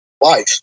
life